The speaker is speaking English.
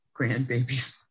grandbabies